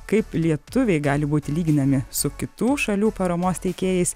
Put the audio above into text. kaip lietuviai gali būti lyginami su kitų šalių paramos teikėjais